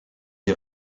des